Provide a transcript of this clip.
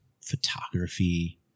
photography